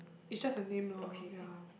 is just a name lor ya